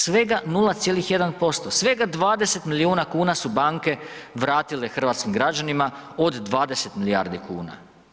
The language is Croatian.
Svega 0,1%, svega 20 milijuna kuna su banke vratile hrvatskim građanima od 20 milijardi kuna.